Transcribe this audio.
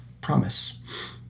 Promise